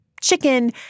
chicken